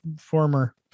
former